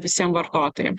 visiem vartotojam